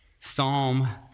psalm